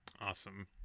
awesome